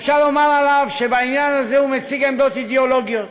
אפשר לומר עליו שבעניין הזה הוא מציג עמדות אידיאולוגיות,